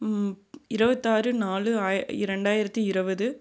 இருவத்தாறு நாலு ஆயிர இரண்டாயிரத்தி இருவது